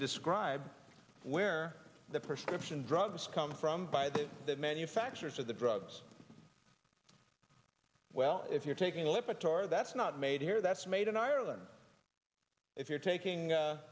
describe where the prescription drugs come from by the manufacturers of the drugs well if you're taking lipitor that's not made here that's made in ireland if you're taking